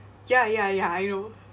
ya ya ya I know